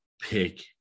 pick